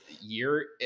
year